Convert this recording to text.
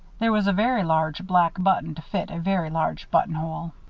there was a very large black button to fit a very large buttonhole.